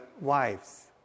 wives